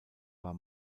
war